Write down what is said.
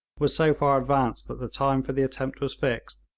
was so far advanced that the time for the attempt was fixed,